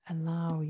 Allow